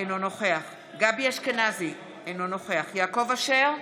אינו נוכח גבי אשכנזי, אינו נוכח יעקב אשר,